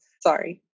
sorry